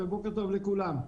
ובוקר טוב לכולם.